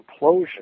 implosion